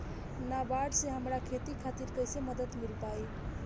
नाबार्ड से हमरा खेती खातिर कैसे मदद मिल पायी?